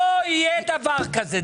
לא יהיה דבר כזה.